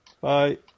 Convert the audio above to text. Bye